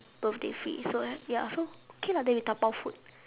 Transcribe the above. birthday free so ya so okay lah then we dabao food